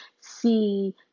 see